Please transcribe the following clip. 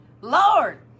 Lord